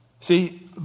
See